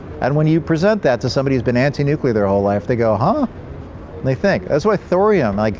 and when you present that to somebody who's been anti-nuclear their whole life, they go, huh? and they think. that's why thorium, like